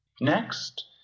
Next